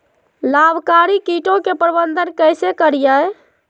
लाभकारी कीटों के प्रबंधन कैसे करीये?